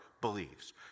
believes